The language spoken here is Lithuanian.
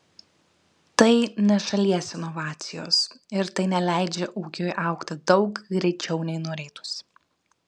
tai ne šalies inovacijos ir tai neleidžia ūkiui augti daug greičiau nei norėtųsi